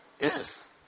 Yes